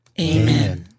Amen